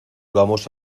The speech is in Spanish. vamos